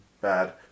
bad